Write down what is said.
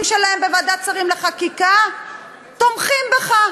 שלהם בוועדת שרים לחקיקה תומכים בך,